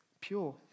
pure